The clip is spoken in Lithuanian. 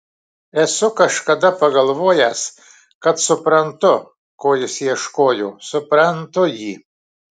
esu kažkada pagalvojęs kad suprantu ko jis ieškojo suprantu jį